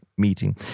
meeting